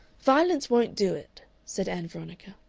violence won't do it, said ann veronica.